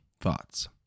Thoughts